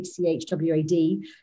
HCHWAD